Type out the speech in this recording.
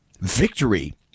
victory